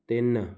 ਤਿੰਨ